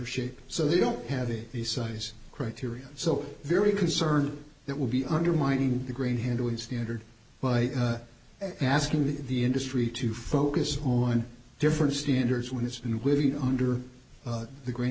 shape so they don't have it the size criteria so very concerned that would be undermining the grain handling standard by asking the industry to focus on different standards when it's and living under the green